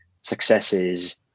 successes